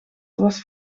was